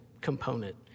component